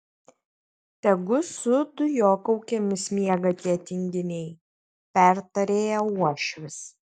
tegu su dujokaukėmis miega tie tinginiai pertarė ją uošvis